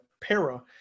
para